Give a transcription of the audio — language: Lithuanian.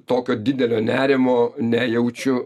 tokio didelio nerimo nejaučiu